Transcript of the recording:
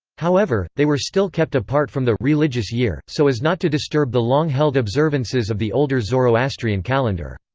however, they were still kept apart from the religious year, so as not to disturb the long-held observances of the older zoroastrian calendar.